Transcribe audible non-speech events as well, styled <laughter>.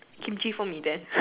Kimchi for me then <noise>